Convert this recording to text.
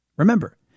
Remember